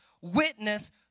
witness